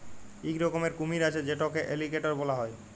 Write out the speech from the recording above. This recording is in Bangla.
ইক রকমের কুমির আছে যেটকে এলিগ্যাটর ব্যলা হ্যয়